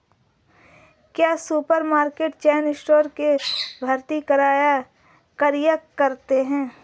क्या supermarket chain store की भांति कार्य करते हैं?